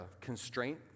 constraint